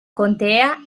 contea